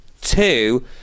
Two